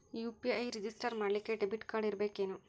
UPI register ಮಾಡ್ಲಿಕ್ಕೆ debit card ಇರ್ಬೇಕೇನು?